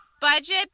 budget